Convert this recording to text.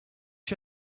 you